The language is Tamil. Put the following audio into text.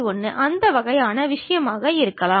1 அந்த வகையான விஷயமாக இருக்கலாம்